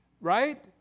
Right